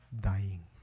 dying